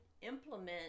implement